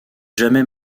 jamais